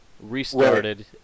Restarted